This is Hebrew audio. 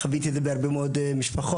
חוויתי את זה בהרבה מאוד משפחות.